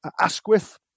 Asquith